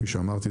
כפי שאמרתי,